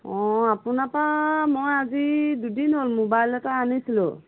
অঁ আপোনাৰ পৰা মই আজি দুদিন হ'ল মোবাইল এটা আনিছিলোঁ